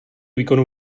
výkonu